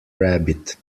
rabbit